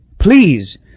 Please